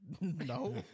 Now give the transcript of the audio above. No